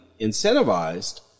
incentivized